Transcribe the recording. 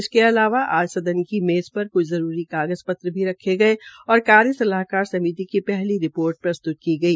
इसकेअलावा आज सदन की मेज पर क्छ जरूरी कागज़ पत्र भी रखे गये और कार्य सलाहकार समिति की पहली रिपोर्ट प्रस्तुत की गई